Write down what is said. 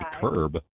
curb